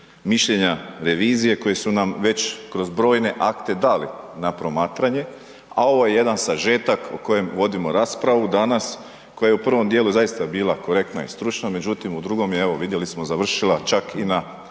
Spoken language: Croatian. mišljenja revizije koje su nam već kroz brojne akte dali na promatranje, a ovo je jedan sažetak o kojem vodimo raspravu danas, koje je u prvom dijelu zaista bila korektna i stručna, međutim, u drugom je evo, vidjeli smo, završila čak i na